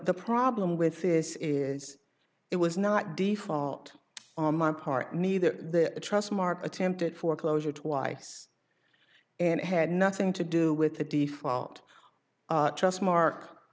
the problem with this is it was not default on my part neither the trustmark attempted foreclosure twice and had nothing to do with a default just mark